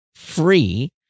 free